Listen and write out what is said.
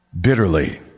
bitterly